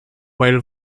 while